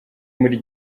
muri